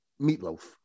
meatloaf